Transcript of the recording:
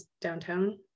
downtown